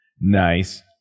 Nice